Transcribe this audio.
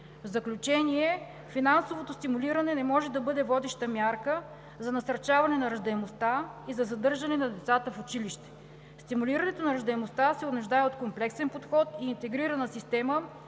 В заключение, финансовото стимулиране не може да бъде водеща мярка за насърчаване на раждаемостта и за задържане на децата в училище. Стимулирането на раждаемостта се нуждае от комплексен подход и интегрирана система,